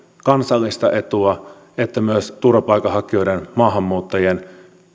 kansallista etua että myös turvapaikanhakijoiden maahanmuuttajien